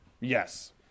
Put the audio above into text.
Yes